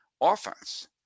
offense